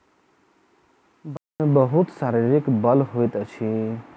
बड़द मे बहुत शारीरिक बल होइत अछि